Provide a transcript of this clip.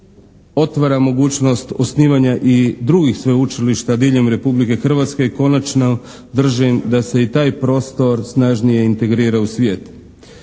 otvara mogućnost osnivanja i drugih sveučilišta diljem Republike Hrvatske, konačno držim da se i taj prostor snažnije integrira u svijet.